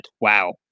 Wow